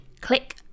click